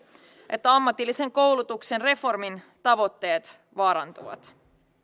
että ammatillisen koulutuksen reformin tavoitteet vaarantuvat